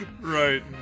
Right